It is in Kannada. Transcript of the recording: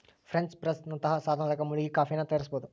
ಫ್ರೆಂಚ್ ಪ್ರೆಸ್ ನಂತಹ ಸಾಧನದಾಗ ಮುಳುಗಿ ಕಾಫಿಯನ್ನು ತಯಾರಿಸಬೋದು